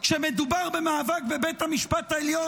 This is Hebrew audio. כשמדובר במאבק בבית המשפט העליון,